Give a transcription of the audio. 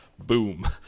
boom